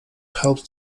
helped